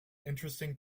interesting